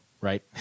right